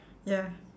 ya